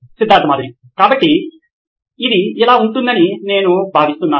Siddharth Maturi CEO నోయిన్ electronics కాబట్టి ఇది అలా ఉంటుందని నేను భావిస్తున్నాను